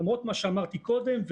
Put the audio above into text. למרות מה שאמרתי קודם,